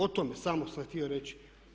O tome samo sam htio reći.